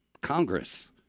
Congress